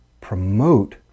promote